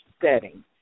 setting